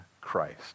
Christ